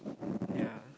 yeah